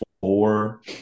four